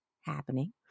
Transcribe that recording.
happening